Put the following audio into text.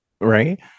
Right